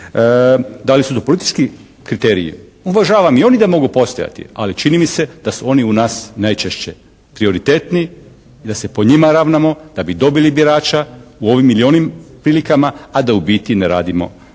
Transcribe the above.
Da li su to politički kriteriji? Uvažavam i oni d mogu postojati. Ali čini mi se da su oni u nas najčešće prioritetni i da se po njima ravnamo da bi dobili birača u ovim ili u onim prilikama, a da u biti ne radimo ništa